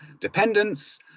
dependence